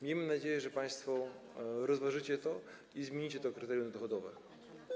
Miejmy nadzieję, że państwo rozważycie to i zmienicie to kryterium dochodowe.